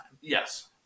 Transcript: Yes